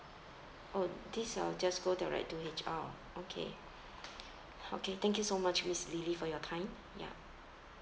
oh this I'll just go direct to H_R okay okay thank you so much miss lily for your time ya